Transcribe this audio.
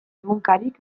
egunkarik